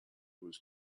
was